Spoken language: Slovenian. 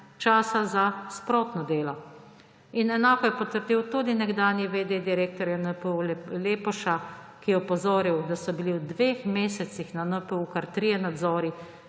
časa za sprotno delo. Enako je potrdil tudi nekdanji v. d. direktorja NPU Lepoša, ki je opozoril, da so bili v dveh mesecih na NPU kar trije nadzori,